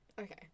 Okay